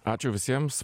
ačiū visiems